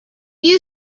you